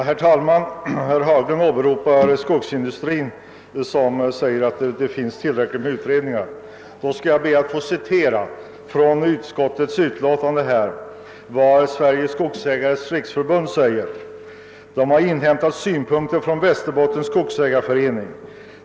Herr talman! Herr Haglund åberopar skogsindustrin som säger att det finns tillräckligt med utredningar. Jag ber då att få citera det referat av Sveriges skogsägareföreningars riksförbunds remissyttrande som ges i utskottsutlåtandet. Sveriges skogsägareföreningars riksförbund >har inhämtat synpunkter från Västerbottens skogsägareförening.